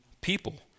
people